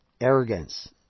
arrogance